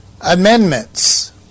amendments